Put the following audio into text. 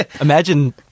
Imagine